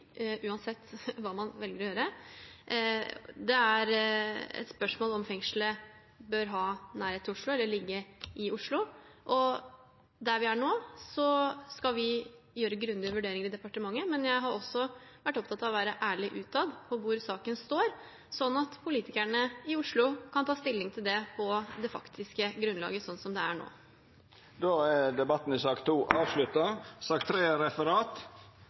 uansett hva man velger å gjøre. Det er et spørsmål om fengselet bør ha nærhet til Oslo eller ligge i Oslo. Der vi er nå, skal vi gjøre grundige vurderinger i departementet, men jeg har også vært opptatt av å være ærlig utad om hvor saken står, slik at politikerne i Oslo kan ta stilling til det på det faktiske grunnlaget, slik som det er nå. Då er sak nr. 2 avslutta. Det ligg ikkje føre noko referat.